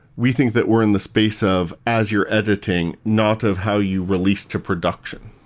we think that we're in the space of as you're editing. not of how you release to production.